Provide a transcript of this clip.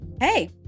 Hey